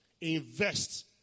invest